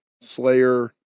Slayer